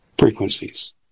Frequencies